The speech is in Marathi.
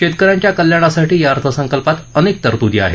शेतक यांच्या कल्याणासाठी या अर्थसंकल्पात अनेक तरतुदी केल्या आहेत